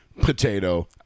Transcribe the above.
Potato